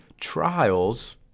trials